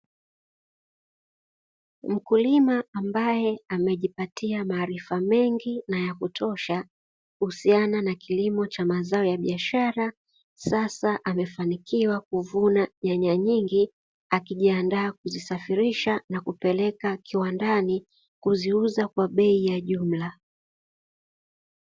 Mkulima ambaye amejipatia maarifa mengi na ya kutosha kuhusiana na kilimo cha mazao ya biashara, sasa amefanikiwa kuvuna nyanya nyingi, akijiandaa kuzisafirisha na kupeleka kiwandani kuziuza kwa bei ya jumla.